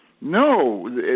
no